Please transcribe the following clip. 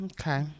Okay